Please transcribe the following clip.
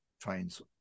trains